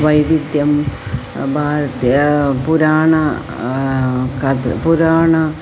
वैविद्यं भारतीया पुराणं कदा पुराणं